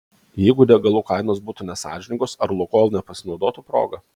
jeigu degalų kainos būtų nesąžiningos ar lukoil nepasinaudotų proga